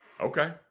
Okay